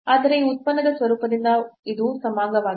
ಆದರೆ ಈ ಉತ್ಪನ್ನದ ಸ್ವರೂಪದಿಂದ ಇದು ಸಮಾಂಗವಾಗಿದೆ